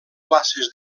places